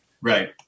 Right